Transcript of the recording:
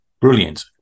Brilliant